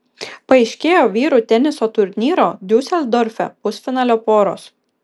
paaiškėjo vyrų teniso turnyro diuseldorfe pusfinalio poros